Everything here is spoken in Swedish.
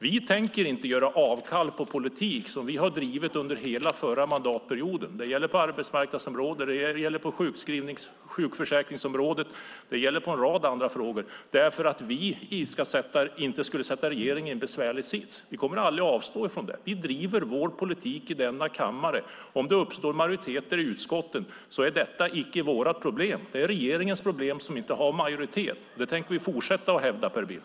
Vi tänker inte ge avkall på en politik som vi har drivit under hela förra mandatperioden - det gäller arbetsmarknadsområdet, sjukskrivningsområdet, sjukförsäkringsområdet och en rad andra områden - bara för att inte sätta regeringen i en besvärlig sits. Vi kommer aldrig att avstå från vår politik. Vi driver vår politik i denna kammare. Om det uppstår majoriteter i utskotten är det inte vårt problem. Det är regeringens problem, som inte har majoritet. Det tänker vi fortsätta att hävda, Per Bill.